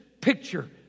picture